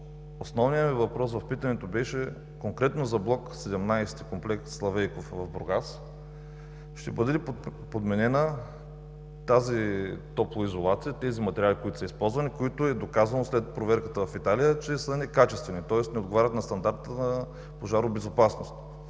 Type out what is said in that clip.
основният ми въпрос в питането беше конкретно за блок 17 на комплекс „Славейков“ в Бургас: ще бъде ли подменена тази топлоизолация, материалите, които са използвани, и е доказано след проверката в Италия, че са некачествени, тоест не отговарят на стандарта за пожарна безопасност.